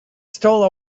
stole